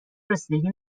رسیدگی